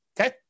Okay